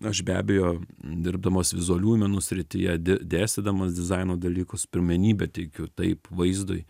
aš be abejo dirbdamas vizualiųjų menų srityje di dėstydamas dizaino dalykus pirmenybę teikiu taip vaizdui